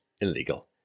illegal